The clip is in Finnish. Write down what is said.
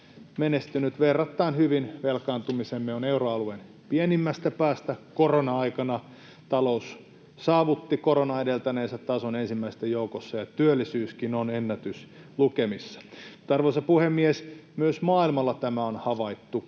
menestynyt verrattain hyvin: velkaantumisemme on euroalueen pienimmästä päästä, korona-aikana talous saavutti koronaa edeltäneen tason ensimmäisten joukossa, ja työllisyyskin on ennätyslukemissa. Arvoisa puhemies! Myös maailmalla tämä on havaittu: